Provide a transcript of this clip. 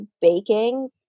baking